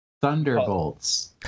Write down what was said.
Thunderbolts